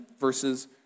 versus